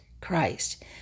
Christ